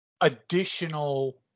additional